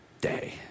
day